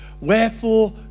wherefore